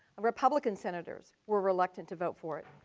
republican senators were reluctant to vote for it.